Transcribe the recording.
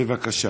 בבקשה.